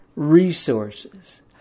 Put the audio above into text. resources